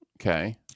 Okay